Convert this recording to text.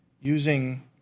using